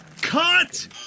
Cut